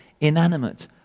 inanimate